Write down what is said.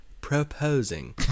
Proposing